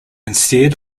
instead